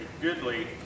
goodly